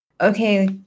okay